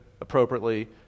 appropriately